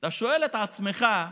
אתה שואל את עצמך: